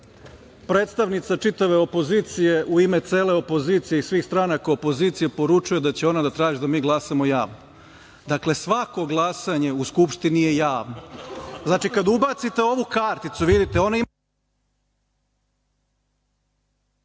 predstavnica čitave opozicije u ime cele opozicije, svih stranaka opozicije poručuje da će ona da traži da mi glasamo javno. Dakle, svako glasanje u Skupštini je javno. Znači, kada ubacite ovu karticu, vidite, ona ima